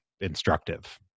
instructive